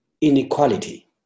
inequality